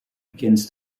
begins